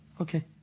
Okay